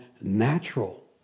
natural